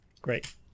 Great